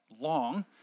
long